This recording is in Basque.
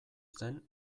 zen